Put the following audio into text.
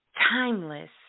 Timeless